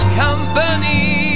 company